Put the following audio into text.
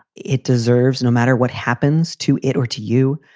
it deserves no matter what happens to it or to you.